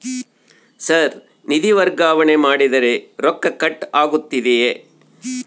Sir ನಿಧಿ ವರ್ಗಾವಣೆ ಮಾಡಿದರೆ ರೊಕ್ಕ ಕಟ್ ಆಗುತ್ತದೆಯೆ?